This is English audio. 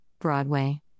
Broadway